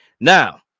Now